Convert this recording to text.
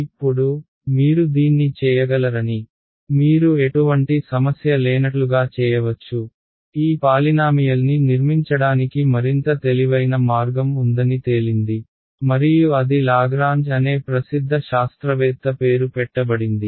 ఇప్పుడు మీరు దీన్ని చేయగలరని మీరు ఎటువంటి సమస్య లేనట్లుగా చేయవచ్చు ఈ పాలినామియల్ని నిర్మించడానికి మరింత తెలివైన మార్గం ఉందని తేలింది మరియు అది లాగ్రాంజ్ అనే ప్రసిద్ధ శాస్త్రవేత్త పేరు పెట్టబడింది